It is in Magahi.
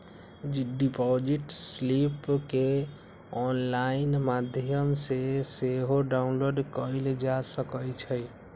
डिपॉजिट स्लिप केंऑनलाइन माध्यम से सेहो डाउनलोड कएल जा सकइ छइ